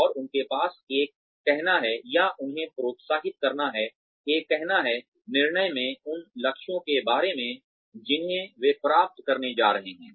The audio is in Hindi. और उनके पास एक कहना है या उन्हें प्रोत्साहित करना है एक कहना है निर्णय में उन लक्ष्यों के बारे में जिन्हें वे प्राप्त करने जा रहे हैं